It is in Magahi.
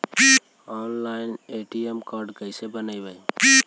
ऑनलाइन ए.टी.एम कार्ड कैसे बनाबौ?